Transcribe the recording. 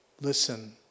listen